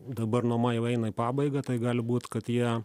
dabar nuoma jau eina į pabaigą tai gali būt kad jie